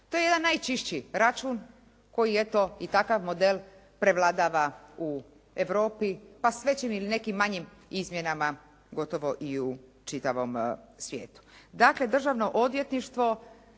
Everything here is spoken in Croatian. To je jedan najčišći račun koji eto i takav model prevladava u Europi pa s većim ili nekim manjim izmjenama gotovo i u čitavom svijetu. Dakle Državno odvjetništvo,